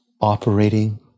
operating